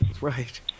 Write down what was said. Right